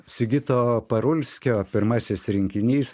sigito parulskio pirmasis rinkinys